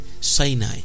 Sinai